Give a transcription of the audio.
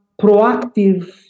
proactive